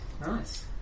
Nice